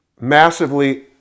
massively